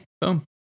boom